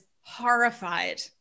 horrified